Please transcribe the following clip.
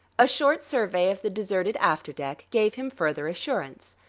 a short survey of the deserted after-deck gave him further assurance.